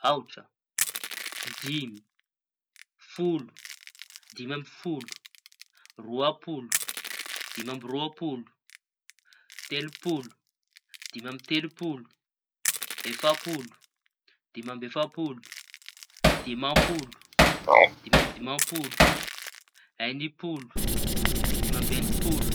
Aotra, dimy, folo, dimy, amby folo, roa-polo, dimy amby roa-polo, telopolo, dimy amby telo-polo, efapolo dimy amby efa-polo, diama-polo, dimy amby dima-polo, eñim-polo, dimy amby eñim-polo.